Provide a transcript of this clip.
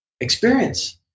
experience